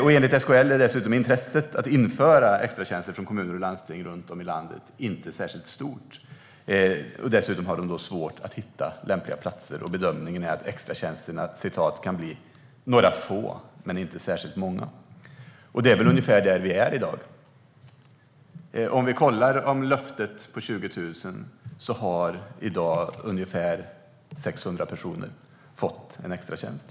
Enligt SKL är dessutom intresset från kommuner och landsting runt om i landet för att införa extratjänster inte särskilt stort. De har också svårt att hitta lämpliga platser, och bedömningen är att extratjänsterna kan bli "några få, men inte särskilt många". Det är ungefär där vi är i dag. Vi kan jämföra med löftet om 20 000 och se att ca 600 personer i dag har fått en extratjänst.